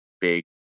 big